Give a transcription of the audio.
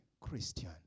Christian